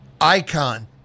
Icon